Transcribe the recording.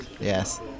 Yes